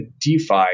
DeFi